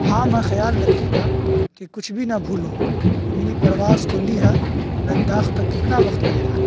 ہاں میں خیال رکھوں گا کہ کچھ بھی نہ بھولوں میری پرواز کولیہہ لداخ تک کتنا وقت لگے گا